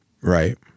right